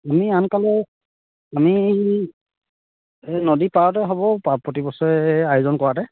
আমি আনকালে আমি এই নদী পাৰতে হ'ব পা প্ৰতি বছৰে আয়োজন কৰাতে